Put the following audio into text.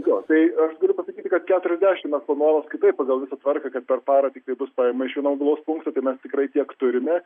jo tai aš galiu pasakyti kad keturiasdešim mes planuojamės kitaip pagal visą tvarką kad per parą tiktai bus paima iš šio mobilaus punkto tai mes tikrai tiek turime